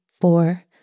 four